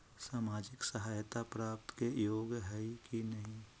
सामाजिक सहायता प्राप्त के योग्य हई कि नहीं?